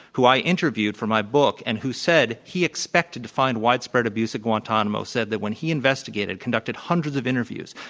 who i interviewed for my book, and who said he expected to find widespread abuse at guantanamo said that when he investigated, conducted hundreds of interviews,